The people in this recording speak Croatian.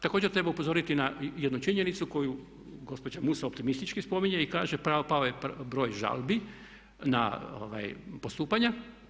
Također treba upozoriti na jednu činjenicu koju gospođa Musa optimistično spominje i kaže pao je broj žalbi na postupanja.